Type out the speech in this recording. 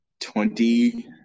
twenty